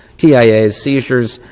tia, seizures,